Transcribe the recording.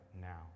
now